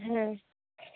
হ্যাঁ